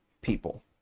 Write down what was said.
people